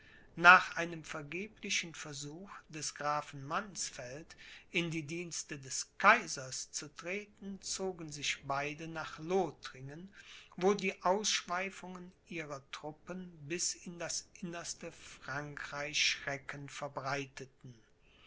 nach einem vergeblichen versuch des grafen mannsfeld in die dienste des kaisers zu treten zogen sich beide nach lothringen wo die ausschweifungen ihrer truppen bis in das innerste frankreich schrecken verbreiteten